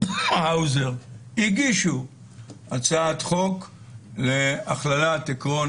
האוזר הגישו הצעת חוק להכללת עיקרון